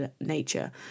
nature